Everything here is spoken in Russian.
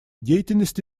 деятельности